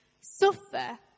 suffer